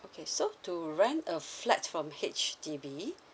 okay so to rent a flat from H_D_B